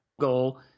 goal